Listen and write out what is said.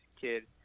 kid